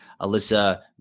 Alyssa